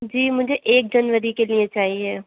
جی مجھے ایک جنوری کے لیے چاہیے